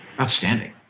Outstanding